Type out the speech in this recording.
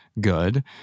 good